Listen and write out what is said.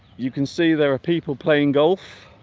you can see there are people playing golf